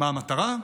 מה המטרה?